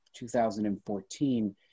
2014